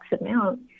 amount